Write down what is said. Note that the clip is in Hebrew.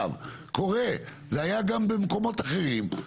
זה היה גם במקומות אחרים,